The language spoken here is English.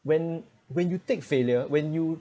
when when you take failure when you